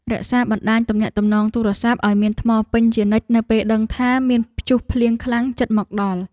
រក្សាបណ្តាញទំនាក់ទំនងទូរស័ព្ទឱ្យមានថ្មពេញជានិច្ចនៅពេលដឹងថាមានព្យុះភ្លៀងខ្លាំងជិតមកដល់។